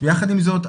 יחד עם זאת,